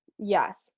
Yes